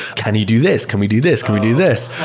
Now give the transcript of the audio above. can you do this? can we do this? can we do this?